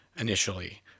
initially